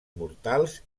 mortals